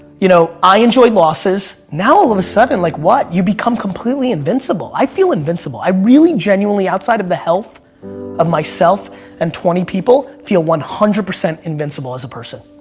you know i enjoy loses. now, all of a sudden, like what? you become completely invincible. i feel invincible. i really, genuinely, outside of the health of myself and twenty people feel one hundred percent invisible as a person.